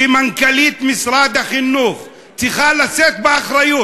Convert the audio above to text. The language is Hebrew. מנכ"לית משרד החינוך צריכה לשאת באחריות,